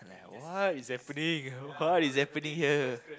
what is happening what is happening here